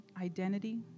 identity